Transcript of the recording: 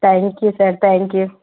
thank you sir thank you